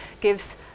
gives